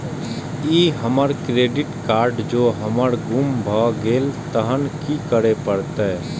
ई हमर credit card जौं हमर गुम भ गेल तहन की करे परतै?